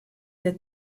der